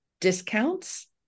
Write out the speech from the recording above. discounts